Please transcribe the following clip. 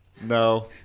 no